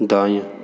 दायाँ